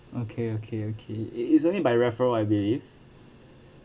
okay okay okay it is only by referral I believe